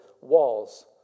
walls